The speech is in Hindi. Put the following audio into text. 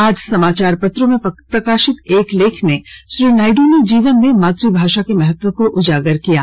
आज समाचार पत्रों में प्रकाशित एक लेख में श्री नायड् ने जीवन में मातुभाषा के महत्व को उजागर किया है